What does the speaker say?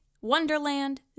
Wonderland